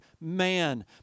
man